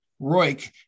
Roik